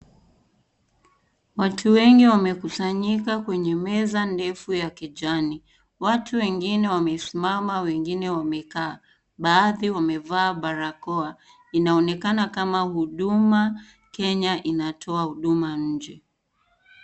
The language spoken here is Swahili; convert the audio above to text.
Watu wengi wamekusanyika kwenye meza ndefu ya kijani . Watu wengine wamesimama wengine wamekaa ,baadhi wamevaa barakoa inaonekana kama Huduma Kenya inatoa huduma nchi.